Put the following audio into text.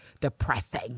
depressing